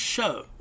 Show